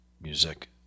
music